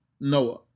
Noah